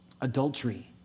Adultery